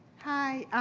hi,